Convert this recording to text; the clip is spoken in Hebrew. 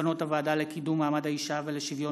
מסקנות הוועדה לקידום מעמד האישה ולשוויון